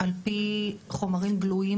על פי חומרים גלויים,